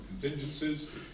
contingencies